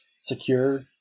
secure